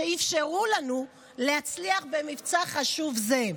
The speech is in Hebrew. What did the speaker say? שאפשרו לנו להצליח במבצע חשוב זה".